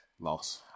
loss